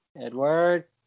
Edward